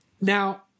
now